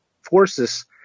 forces